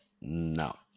no